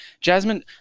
Jasmine